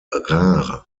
rar